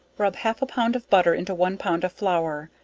rub half a pound of butter into one pound of flour,